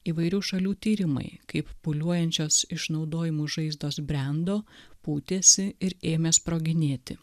įvairių šalių tyrimai kaip pūliuojančios išnaudojimo žaizdos brendo pūtėsi ir ėmė sproginėti